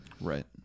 right